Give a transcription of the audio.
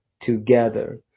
together